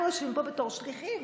אנחנו יושבים פה בתור שליחים.